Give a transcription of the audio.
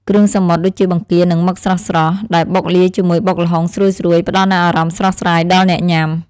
គ្រឿងសមុទ្រដូចជាបង្គានិងមឹកស្រស់ៗដែលបុកលាយជាមួយល្ហុងស្រួយៗផ្តល់នូវអារម្មណ៍ស្រស់ស្រាយដល់អ្នកញ៉ាំ។